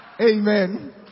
Amen